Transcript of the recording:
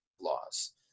laws